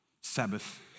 Sabbath